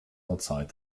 outside